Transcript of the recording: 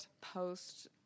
post